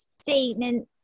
statement